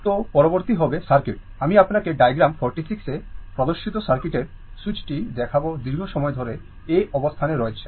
তো পরবর্তী হবে সার্কিট আমি আপনাকে ডায়াগ্রাম 46 এ প্রদর্শিত সার্কিটের স্যুইচটি দেখাব দীর্ঘ সময় ধরে A অবস্থানে রয়েছে